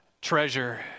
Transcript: treasure